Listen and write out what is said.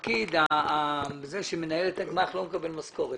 הפקיד, זה שמנהל את הגמ"ח, לא מקבל משכורת.